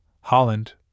Holland